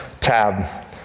tab